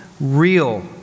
real